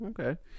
okay